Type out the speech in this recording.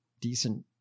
decent